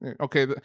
okay